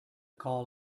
call